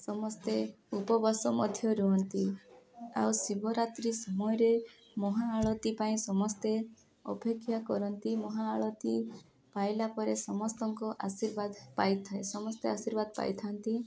ସମସ୍ତେ ଉପବାସ ମଧ୍ୟ ରୁହନ୍ତି ଆଉ ଶିବରାତ୍ରି ସମୟରେ ମହାଆଳତି ପାଇଁ ସମସ୍ତେ ଅପେକ୍ଷା କରନ୍ତି ମହାଆଳତି ପାଇଲା ପରେ ସମସ୍ତଙ୍କ ଆଶୀର୍ବାଦ ପାଇଥାଏ ସମସ୍ତେ ଆଶୀର୍ବାଦ ପାଇଥାନ୍ତି